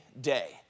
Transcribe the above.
Day